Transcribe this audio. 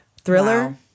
Thriller